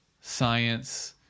science